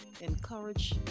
encourage